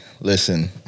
listen